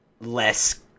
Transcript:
less